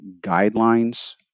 guidelines